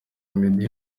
meddy